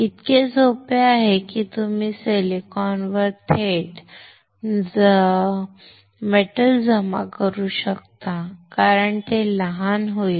इतके सोपे आहे की तुम्ही सिलिकॉनवर थेट धातू जमा करू शकत नाही कारण ते लहान होईल